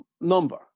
number